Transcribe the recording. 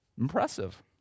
Impressive